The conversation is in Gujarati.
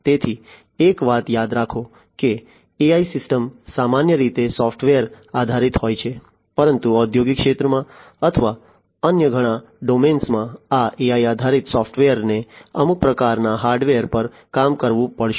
તેથી એક વાત યાદ રાખો કે AI સિસ્ટમ સામાન્ય રીતે સોફ્ટવેર આધારિત હોય છે પરંતુ ઔદ્યોગિક ક્ષેત્રમાં અથવા અન્ય ઘણા ડોમેન્સમાં આ AI આધારિત સોફ્ટવેરને અમુક પ્રકારના હાર્ડવેર પર કામ કરવું પડશે